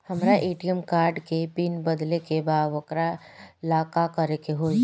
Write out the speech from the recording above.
हमरा ATM card के pin बदले के बा वोकरा ला का करे के होई?